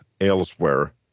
elsewhere